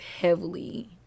heavily